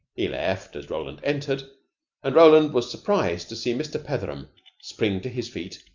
he left as roland entered and roland was surprized to see mr. petheram spring to his feet,